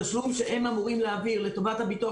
התשלום שהם אמורים להעביר לטובת הביטוח